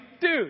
dude